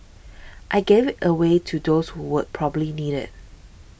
I gave it away to those who will probably need it